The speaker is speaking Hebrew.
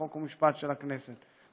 חוק ומשפט של הכנסת,